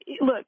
Look